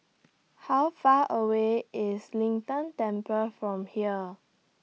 How Far away IS Lin Tan Temple from here